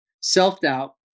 self-doubt